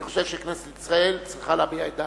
אני חושב שכנסת ישראל צריכה להביע את דעתה,